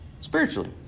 Spiritually